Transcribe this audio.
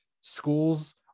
schools